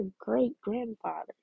great-grandfather